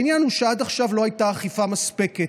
העניין הוא שעד עכשיו האכיפה לא הייתה מספקת,